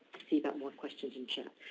see about more questions in chat.